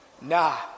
Nah